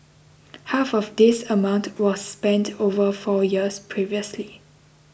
half of this amount was spent over four years previously